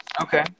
Okay